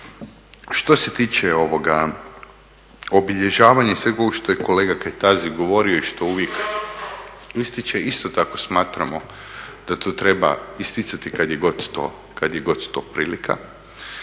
Što se tiče obilježavanja i svega ovoga što je kolega Kajtazi govorio i što uvijek ističe isto tako smatramo da to treba isticati kada je god to prilika.